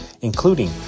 including